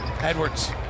Edwards